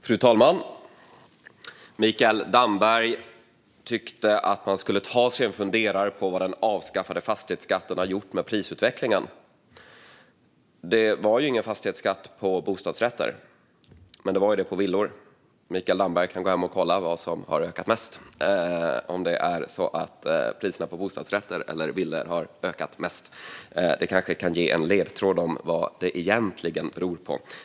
Fru talman! Mikael Damberg tyckte att man skulle ta sig en funderare på vad den avskaffade fastighetsskatten har gjort med prisutvecklingen. Det var ingen fastighetsskatt på bostadsrätter. Men det var det på villor. Mikael Damberg kan gå hem och kolla vad som har ökat mest - om det är priserna på bostadsrätter eller på villor som har ökat mest. Det kanske kan ge en ledtråd om vad det egentligen beror på.